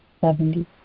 Seventy